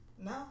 no